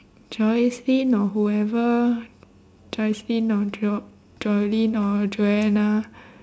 joycelyn or whoever joycelyn or jo~ jolin or joanna